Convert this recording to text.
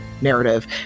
narrative